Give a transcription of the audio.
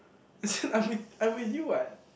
as in I'm with I'm with you what